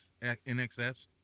nxs